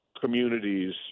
communities